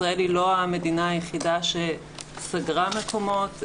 ישראל היא לא המדינה היחידה שסגרה מקומות,